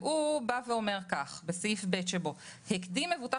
הוא אומר בסעיף קטן (ב): "הקדים מבוטח